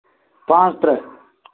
پانٛژھ تٕرٛہ